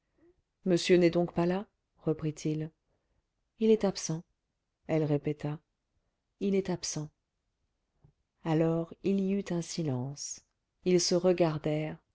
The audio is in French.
monsieur n'est donc pas là reprit-il il est absent elle répéta il est absent alors il y eut un silence ils se